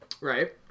Right